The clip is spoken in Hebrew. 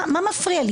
מה מפריע לי?